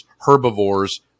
herbivores